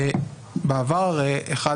בעבר כאשר